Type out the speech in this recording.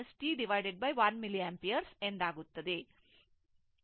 24 e t 1 milliampere ಎಂದಾಗುತ್ತದೆ